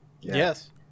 Yes